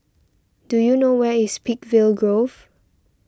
do you know where is Peakville Grove